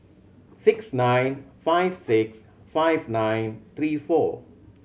six nine five six five nine three four